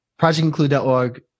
Projectinclude.org